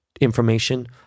Information